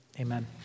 Amen